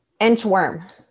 inchworm